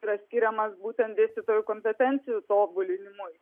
yra skiriamas būtent dėstytojų kompetencijų tobulinimui